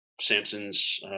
Samson's